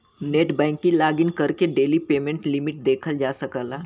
net banking login करके daily payment limit देखल जा सकला